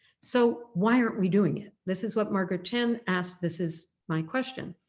so why aren't we doing it? this is what margaret chan asked, this is my question.